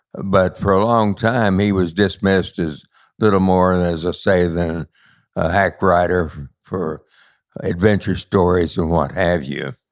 but for a long time he was dismissed as little more, and as i ah say, then a hack writer for adventure stories and what have you.